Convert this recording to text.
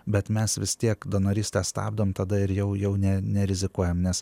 bet mes vis tiek donorystę stabdom tada ir jau jau ne nerizikuojam nes